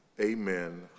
Amen